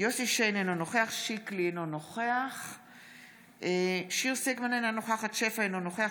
יוסף שיין, אינו נוכח עמיחי שיקלי, אינו נוכח